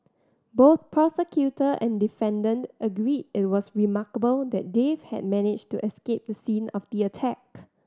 both prosecutor and defendant agreed it was remarkable that Dave had managed to escape the scene of the attack